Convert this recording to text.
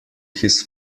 his